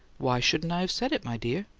why shouldn't i have said it, my dear?